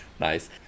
Nice